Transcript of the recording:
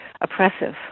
oppressive